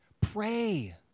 pray